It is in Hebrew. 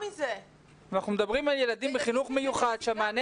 אנחנו מדברים על ילדים בחינוך המיוחד שהמענה